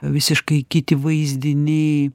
visiškai kiti vaizdiniai